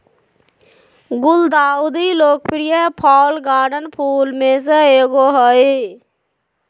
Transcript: गुलदाउदी लोकप्रिय fall garden फूल में से एगो हइ